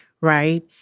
right